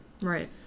Right